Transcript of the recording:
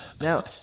Now